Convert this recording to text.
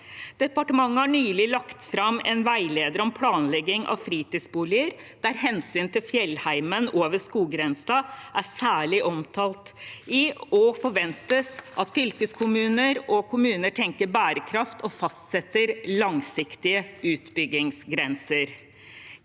Departementet har nylig lagt fram en veileder om planlegging av fritidsboliger der hensyn til fjellheimen over skoggrensa er særlig omtalt, og det forventes at fylkeskommuner og kommuner tenker bærekraft og fastsetter langsiktige utbyggingsgrenser.